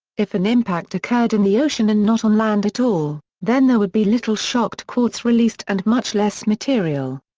if an impact occurred in the ocean and not on land at all, then there would be little shocked quartz released and much less material.